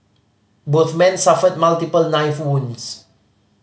both men suffered multiple knife wounds